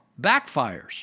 backfires